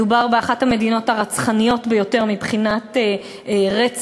מדובר באחת המדינות הרצחניות ביותר מבחינת רצח,